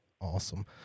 Awesome